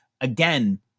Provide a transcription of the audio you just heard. again